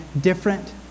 different